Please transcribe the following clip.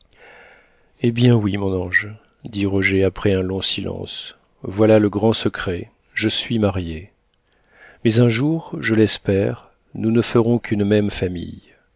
eh bien oui mon ange dit roger après un long silence voilà le grand secret je suis marié mais un jour je l'espère nous ne ferons qu'une même famille